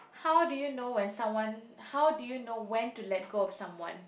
how do you know when someone how do you know when to let go of someone